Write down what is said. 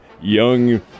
young